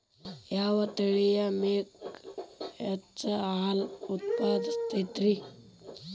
ಯಾವ ತಳಿಯ ಮೇಕೆ ಹೆಚ್ಚು ಹಾಲು ಉತ್ಪಾದಿಸತೈತ್ರಿ?